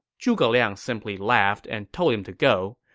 zhuge liang simply laughed and told him to go,